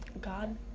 God